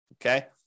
Okay